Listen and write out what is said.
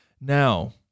Now